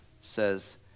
says